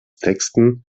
texten